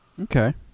Okay